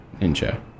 Ninja